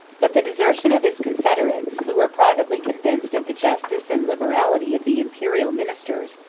but the desertion of his confederates, who were privately convinced of the justice and liberality of the imperial ministers,